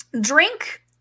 Drink